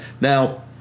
now